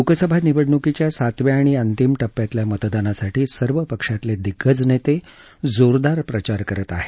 लोकसभा निवडणुकीच्या सातव्या आणि अंतिम टप्प्यातल्या मतदानासाठी सर्व पक्षातले दिग्गज नेते जोरदार प्रचार करत आहेत